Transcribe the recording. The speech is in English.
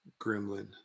Gremlin